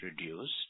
reduced